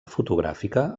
fotogràfica